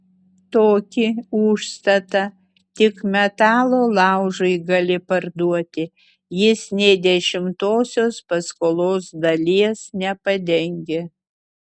tokį užstatą tik metalo laužui gali parduoti jis nė dešimtosios paskolos dalies nepadengia